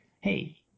hey